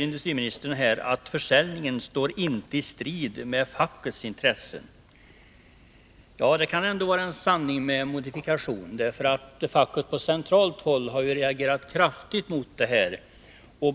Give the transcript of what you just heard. Industriministern säger nu att försäljningen inte står i strid med fackets intressen. Ja, det är väl en sanning med modifikation, därför att facket har ju på centralt håll reagerat kraftigt mot affären.